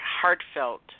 heartfelt